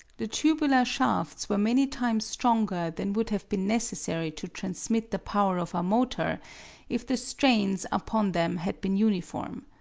the tubular shafts were many times stronger than would have been necessary to transmit the power of our motor if the strains upon them had been uniform.